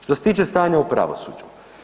Što se tiče stanja u pravosuđu.